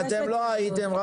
אתם לא הייתם.